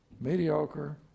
mediocre